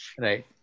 Right